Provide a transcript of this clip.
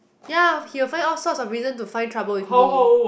ya he will find all sorts of reason to find trouble with me